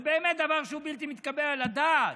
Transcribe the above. זה באמת דבר שהוא בלתי מתקבל על הדעת.